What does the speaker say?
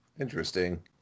Interesting